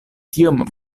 tiom